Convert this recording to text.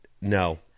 no